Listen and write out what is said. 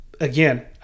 Again